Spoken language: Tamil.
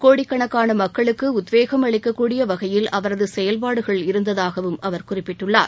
கோடிக்கணக்கான மக்களுக்கு உத்வேகம் அளிக்கக்கூடிய வகையில் அவரது செயல்பாடுகள் இருந்ததாகவும் அவர் குறிப்பிட்டுள்ளார்